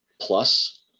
plus